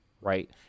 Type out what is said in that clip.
Right